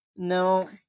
No